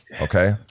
Okay